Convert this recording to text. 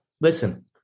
listen